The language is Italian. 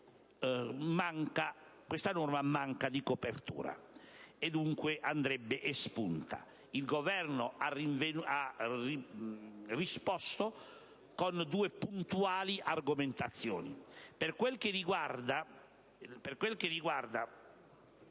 la norma manca di copertura, e dunque andrebbe espunta. Il Governo ha risposto con due puntuali argomentazioni. Per quel che riguarda